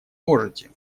можете